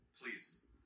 please